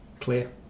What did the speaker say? clear